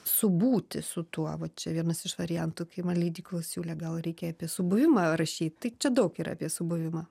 su būti su tuo va čia vienas iš variantų kai man leidyklos siūlė gal reikia apie subuvimą rašyt tai čia daug yra apie subuvimą